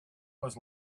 was